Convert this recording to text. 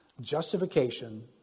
justification